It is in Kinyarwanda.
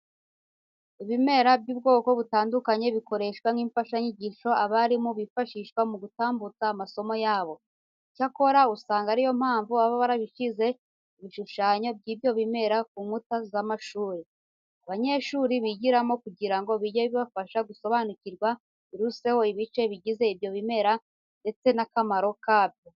Ibimera by'ubwoko butandukanye bikoreshwa nk'imfashanyigisho abarimu bifashisha mu gutambutsa amasomo yabo. Icyakora, usanga ari yo mpamvu baba barashyize ibishushanyo by'ibyo bimera ku nkuta z'amashuri abanyeshuri bigiramo kugira ngo bijye bibafasha gusobanukirwa biruseho ibice bigize ibyo bimera ndetse n'akamaro kabyo.